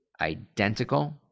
identical